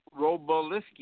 Roboliski